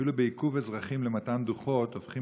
אפילו עיכובי אזרחים למתן דוחות הופכים